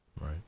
Right